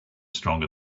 stronger